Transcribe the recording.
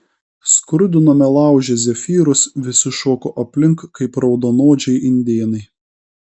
skrudinome lauže zefyrus visi šoko aplink kaip raudonodžiai indėnai